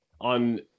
on